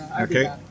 Okay